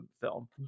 film